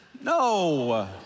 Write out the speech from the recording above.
No